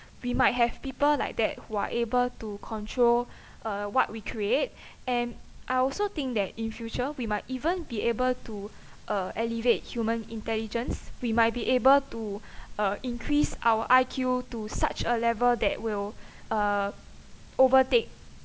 we might have people like that who are able to control uh what we create and I also think that in future we might even be able to uh alleviate human intelligence we might be able to uh increase our I_Q to such a level that will uh overtake